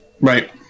Right